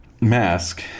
mask